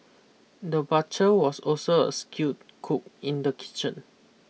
the butcher was also a skilled cook in the kitchen